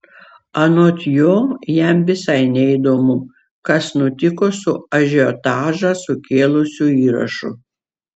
anot jo jam visai neįdomu kas nutiko su ažiotažą sukėlusiu įrašu